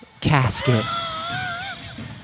casket